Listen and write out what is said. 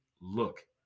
look